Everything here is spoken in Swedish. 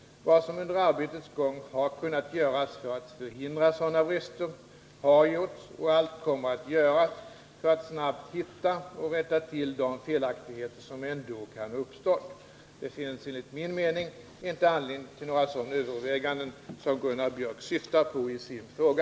Vad som under arbetets gång har kunnat göras för att förhindra sådana brister har gjorts. och allt kommer att göras för att snabbt hitta och rätta till de felaktigheter som ändå Ran ha uppstått. Det 5 finns enligt min mening inte anledning till några sådana överväganden som Gunnar Biörck syftar på i sin fråga.